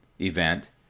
event